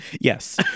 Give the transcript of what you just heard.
yes